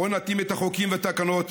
בואו נתאים את החוקים והתקנות,